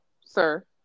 sir